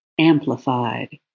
amplified